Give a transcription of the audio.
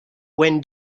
when